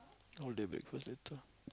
order breakfast later